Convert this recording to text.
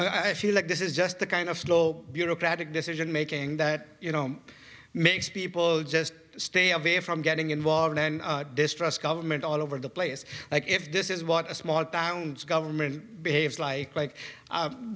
of i feel like this is just the kind of slow bureaucratic decision making that you know makes people just stay away from getting involved and distrust government all over the place like if this is what a small town government behaves like like